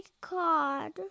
card